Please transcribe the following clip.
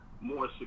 more